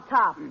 top